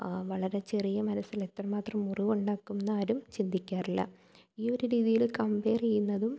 വളരെ ചെറിയ മനസ്സിലെത്ര മാത്രം മുറിവ്ണ്ടാക്കും എന്നാരും ചിന്തിക്കാറില്ല ഈ ഒരു രീതിയിൽ കംപേർ ചെയ്യുന്നതും